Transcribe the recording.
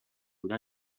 بودن